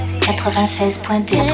96.2